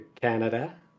Canada